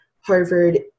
Harvard